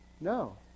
No